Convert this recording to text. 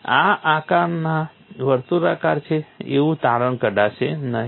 આ આકારમાં વર્તુળાકાર છે એવું તારણ કાઢશો નહીં